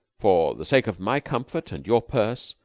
for the sake of my comfort and your purse,